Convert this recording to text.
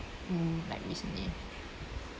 mm like recently